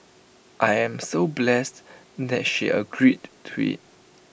I am so blessed that she agreed to IT